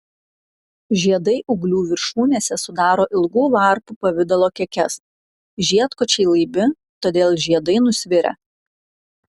žiedai ūglių viršūnėse sudaro ilgų varpų pavidalo kekes žiedkočiai laibi todėl žiedai nusvirę